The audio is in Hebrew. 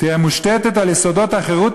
"תהא מושתתת על יסודות החירות,